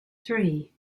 three